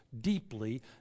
deeply